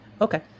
Okay